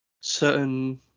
certain